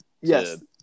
Yes